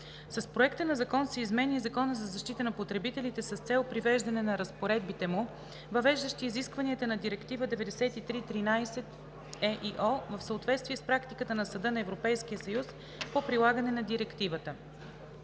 С Проекта на закон се изменя и Законът за защита на потребителите с цел привеждане на разпоредбите му, въвеждащи изискванията на Директива 93/13/ЕИО, в съответствие с практиката на Съда на Европейския съюз по прилагане на Директивата.